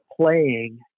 playing